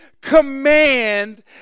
command